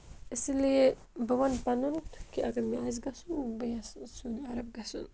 اِسی لیے بہٕ وَنہٕ پَنُن کہِ اگر مےٚ آسہِ گَژھُن بہٕ یَژھ سوٗدی عَرَب گَژھُن